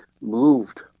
moved